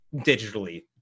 Digitally